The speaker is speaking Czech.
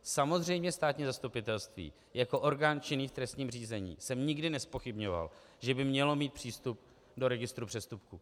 Samozřejmě státní zastupitelství jako orgán činný v trestním řízení jsem nikdy nezpochybňoval, že by mělo mít přístup do registru přestupků.